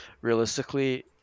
realistically